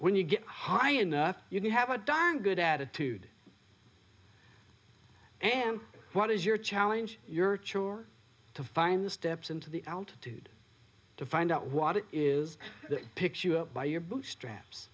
when you get high enough you can have a dying good attitude and what is your challenge your chore to find the steps into the altitude to find out what it is that picture you up by your bootstraps